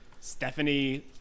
Stephanie